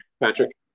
Patrick